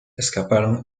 escaparon